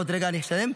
עוד רגע אני מסיים.